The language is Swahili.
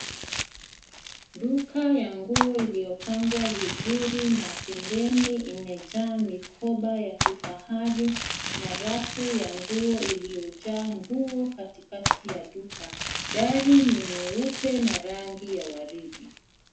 Duka ya nguo iliyopangwa vizuri na pembeni imejaa mikoba ya kifahari na rafu ya nguo iliyojaa nguo katikati ya duka. Dari ni nyeupe na rangi ya waridi.